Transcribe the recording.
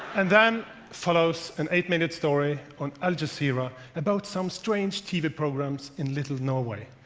and then follows an eight-minute story on al jazeera about some strange tv programs in little norway.